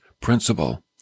principle